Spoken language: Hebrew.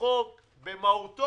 החוק במהותו